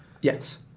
Yes